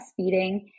breastfeeding